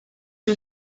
you